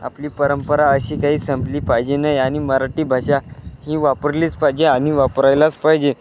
आपली परंपरा अशी काही संपली पाहिजे नाही आणि मराठी भाषा ही वापरलीच पाहिजे आणि वापरायलाच पाहिजे